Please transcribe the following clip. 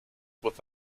with